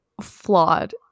flawed